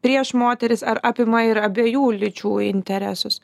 prieš moteris ar apima ir abiejų lyčių interesus